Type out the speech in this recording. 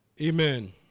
Amen